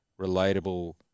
relatable